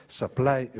supply